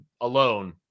alone